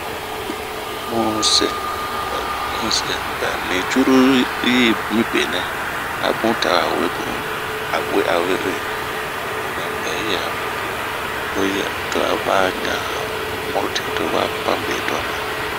Bun se, bun se ba ni cururu yi yi benɛ abun tawɛ awe bun a we'ave hue. bɛ yi a boni toba ɛɛh toba murutio to ba pan betuan na.